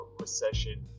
recession